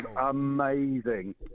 amazing